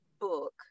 book